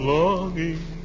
longing